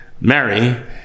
Mary